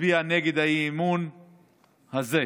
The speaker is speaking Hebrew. להצביע נגד האי-אמון הזה.